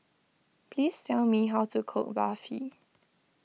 please tell me how to cook Barfi